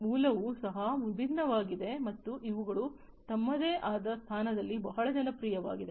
ಮೂಲವು ಸಹ ವಿಭಿನ್ನವಾಗಿದೆ ಮತ್ತು ಇವುಗಳು ತಮ್ಮದೇ ಆದ ಸ್ಥಾನದಲ್ಲಿ ಬಹಳ ಜನಪ್ರಿಯವಾಗಿವೆ